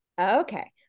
Okay